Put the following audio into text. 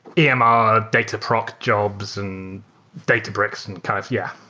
yeah um um dataproc jobs, and databricks and kind of yeah,